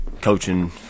coaching